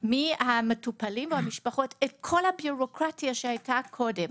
מהמטופלים או מהמשפחות את כל הבירוקרטיה שהייתה קודם,